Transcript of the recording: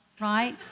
right